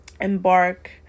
embark